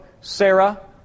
Sarah